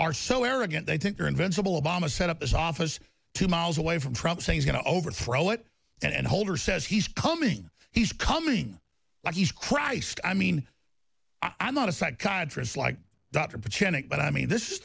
are so arrogant they think they're invincible obama set up his office two miles away from things going to overthrow it and holder says he's coming he's coming like he's christ i mean i'm not a psychiatrist like dr pretend it but i mean this is